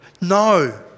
No